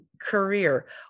career